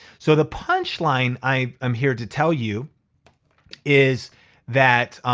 so the punchline i am here to tell you is that